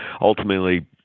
ultimately